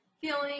feeling